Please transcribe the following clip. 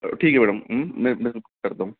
ठीक है मैडम मैं मैं करता हूँ